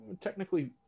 technically